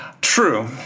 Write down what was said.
True